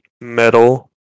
metal